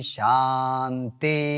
Shanti